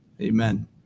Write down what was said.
Amen